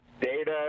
data